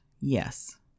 Yes